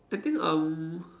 I think um